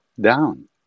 down